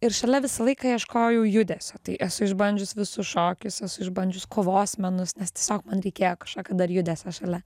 ir šalia visą laiką ieškojau judesio tai esu išbandžius visus šokius esu išbandžius kovos menus nes tiesiog man reikėjo kažkokio dar judesio šalia